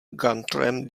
guntram